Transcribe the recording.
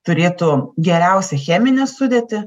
turėtų geriausią cheminę sudėtį